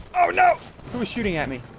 oh, no, i was shooting at me